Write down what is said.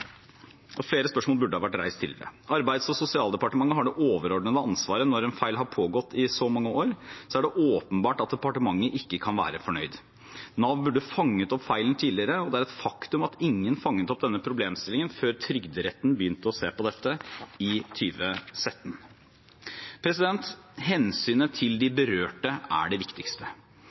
Arbeids- og sosialdepartementet har det overordnede ansvaret. Når en feil har pågått i så mange år, er det åpenbart at departementet ikke kan være fornøyd. Nav burde fanget opp feilen tidligere. Det er et faktum at ingen fanget opp denne problemstillingen før Trygderetten begynte å se på dette i 2017. Hensynet til de berørte er det viktigste.